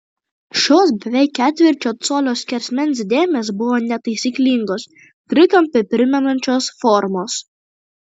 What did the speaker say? šios beveik ketvirčio colio skersmens dėmės buvo netaisyklingos trikampį primenančios formos